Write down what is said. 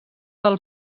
del